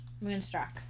Moonstruck